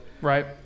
right